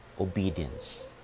obedience